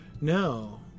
No